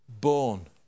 Born